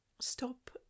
stop